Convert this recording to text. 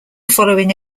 following